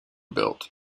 built